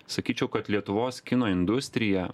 sakyčiau kad lietuvos kino industrija